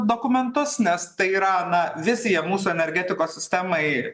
dokumentus nes tai yra na vizija mūsų energetikos sistemai